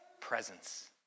presence